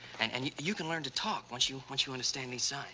and and you you can learn to talk once you. once you understand these